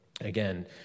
again